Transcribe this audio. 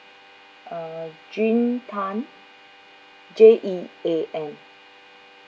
uh jean tan J E A N